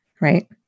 right